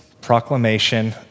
proclamation